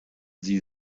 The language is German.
sie